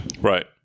right